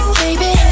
baby